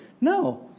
No